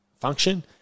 function